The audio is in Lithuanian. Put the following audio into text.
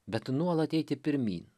bet nuolat eiti pirmyn